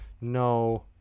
No